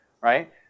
right